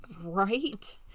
right